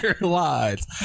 lies